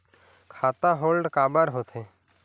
खाता होल्ड काबर होथे?